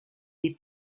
des